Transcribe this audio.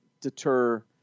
deter